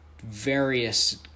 various